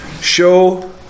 show